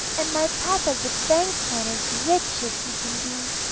and my papa's a banker and as rich as he can be